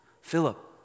Philip